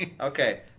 Okay